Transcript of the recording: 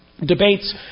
debates